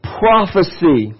prophecy